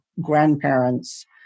grandparents